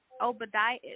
Obadiah